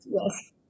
yes